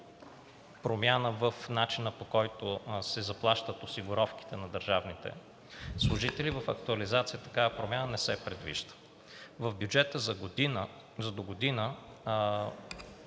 промяна в начина, по който се заплащат осигуровките на държавните служители, в актуализацията такава промяна не се предвижда. В бюджета за догодина